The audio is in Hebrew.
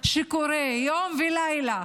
שקורה יום ולילה